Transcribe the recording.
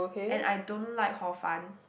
and I don't like hor fun